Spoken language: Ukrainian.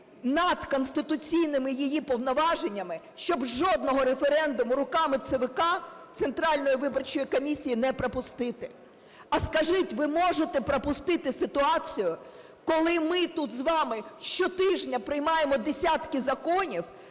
над конституційними її повноваженнями, щоб жодного референдуму руками ЦВК (Центральної виборчої комісії) не пропустити. А скажіть, ви можете пропустити ситуацію, коли ми тут з вами щотижня приймаємо десятки законів,